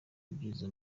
ibyiza